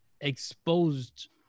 exposed